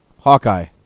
Hawkeye